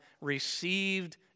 received